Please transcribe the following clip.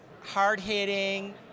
hard-hitting